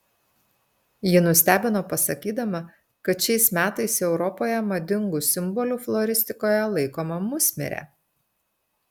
ji nustebino pasakydama kad šiais metais europoje madingu simboliu floristikoje laikoma musmirė